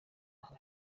aho